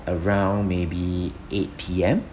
around maybe eight P_M